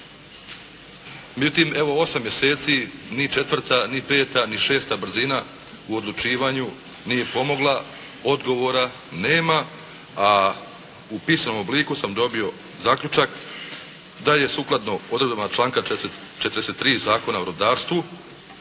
Međutim, niti evo 8 mjeseci ni četvrta, ni peta, ni šesta brzina u odlučivanju nije pomogla, odgovora nema, a u pisanom obliku sam dobio zaključak da je sukladno odredbama članka 43. Zakona o rudarstvu